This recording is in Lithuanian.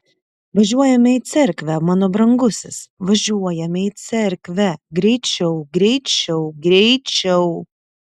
važiuojame į cerkvę mano brangusis važiuojame į cerkvę greičiau greičiau greičiau